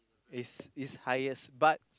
it's it's highest but